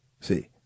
See